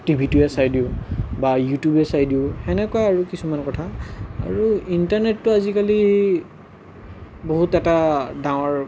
T ভিটোৱে চাই দিওঁ বা ইউ টিউবেই চাই দিওঁ সেনেকুৱা আৰু কিছুমান কথা আৰু ইণ্টাৰনেটটো আজিকালি বহুত এটা ডাঙৰ